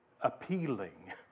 appealing